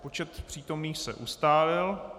Počet přítomných se ustálil.